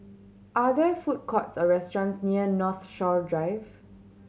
are there food courts or restaurants near Northshore Drive